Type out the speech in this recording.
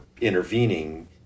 intervening